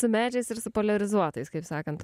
su medžiais ir su poliarizuotais kaip sakant toj